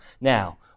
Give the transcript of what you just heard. Now